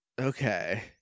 Okay